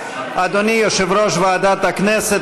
אדוני יושב-ראש ועדת הכנסת,